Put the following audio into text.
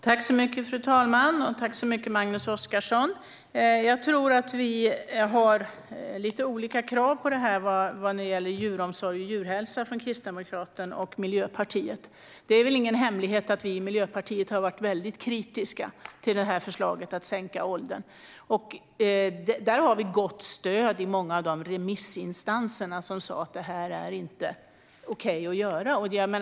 Fru talman! Tack, Magnus Oscarsson! Jag tror att Kristdemokraterna och Miljöpartiet har lite olika krav när det gäller djuromsorg och djurhälsa. Det är ingen hemlighet att vi i Miljöpartiet har varit väldigt kritiska till förslaget att sänka åldern. Där har vi gott stöd hos många av de remissinstanser som sa att det inte är okej att göra det här.